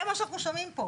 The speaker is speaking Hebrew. זה מה שאנחנו שומעים פה.